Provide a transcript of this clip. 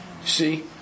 See